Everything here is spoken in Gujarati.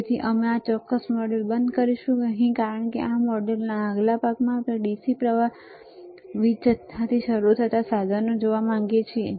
તેથી અમે આ ચોક્કસ મોડ્યુલ બંધ કરીશું ખરુંઅહીં કારણ કે મોડ્યુલોના આગલા ભાગમાં આપણે dc વીજ જથ્થાથી શરૂ થતા સાધનો જોવા માંગીએ છીએ